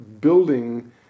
building